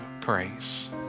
praise